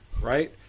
right